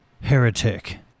Heretic